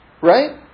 Right